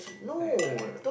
okay correct